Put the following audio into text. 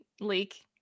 leak